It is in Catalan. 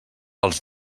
els